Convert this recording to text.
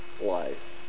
life